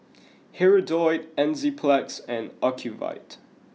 Hirudoid Enzyplex and Ocuvite